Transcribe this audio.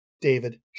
David